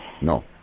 No